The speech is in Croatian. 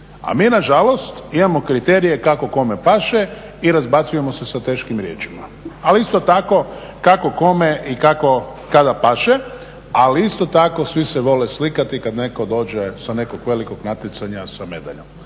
a mi nažalost imamo kriterije kako kome paše i razbacujemo se sa teškim riječima, ali isto tako kako kome i kako kada paše, ali isto tako svi se vole slikati kad netko dođe sa nekog velikog natjecanja sa medaljom.